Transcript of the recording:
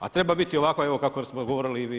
A treba biti ovako evo kako smo govorili i vi i ja.